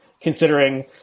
considering